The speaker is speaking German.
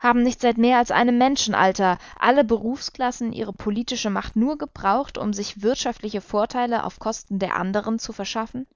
haben nicht seit mehr als einem menschenalter alle berufsklassen ihre politische macht nur gebraucht um sich wirtschaftliche vorteile auf kosten der andern zu verschaffen